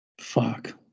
Fuck